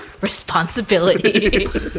Responsibility